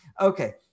Okay